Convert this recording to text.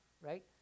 right